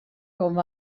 com